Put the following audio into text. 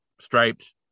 striped